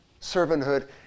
servanthood